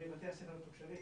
בבתי הספר המתוקשבים.